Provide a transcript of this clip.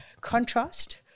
contrast